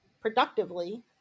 productively